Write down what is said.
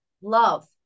love